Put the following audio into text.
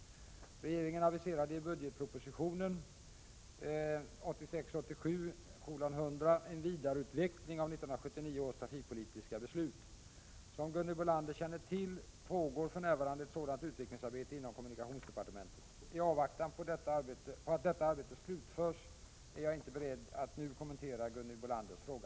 Regeringen aviserade i budgetpropositionen en vidareutveckling av 1979 års trafikpolitiska beslut. Som Gunhild Bolander känner till pågår för närvarande ett sådant utvecklingsarbete inom kommunikationsdepartementet. I avvaktan på att detta arbete slutförs är jag inte beredd att nu kommentera Gunhild Bolanders fråga.